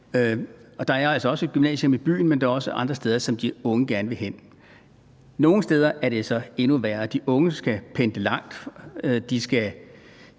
om der altså også er et gymnasium i byen, så er der også andre steder, de unge gerne vil hen. Nogle steder er det så endnu værre – de unge skal pendle langt,